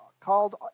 called